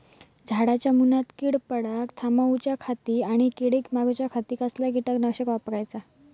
झाडांच्या मूनात कीड पडाप थामाउच्या खाती आणि किडीक मारूच्याखाती कसला किटकनाशक वापराचा?